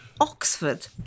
Oxford